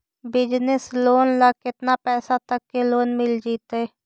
Business loan ल केतना पैसा तक के लोन मिल जितै?